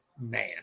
man